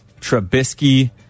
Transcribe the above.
Trubisky